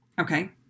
okay